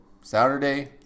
Saturday